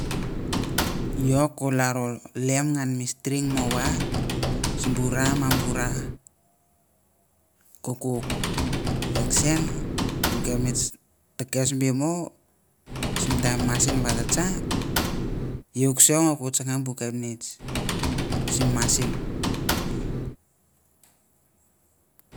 Iau ko ralo lem ngan me string mowa simbu ra mabu ra ra kukuk chien me kepnits ta kes bemo sim taim machine ate chang iau ka seng ote changa bu kepnits sim machine.